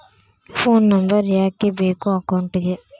Phone number ಯಾಕೆ ಬೇಕು ಅಕೌಂಟಿಗೆ?